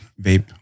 vape